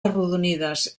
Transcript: arrodonides